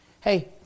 Hey